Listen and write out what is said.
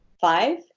five